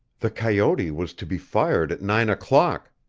the coyote was to be fired at nine o'clock.